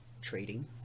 trading